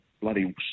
bloody